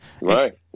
Right